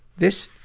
this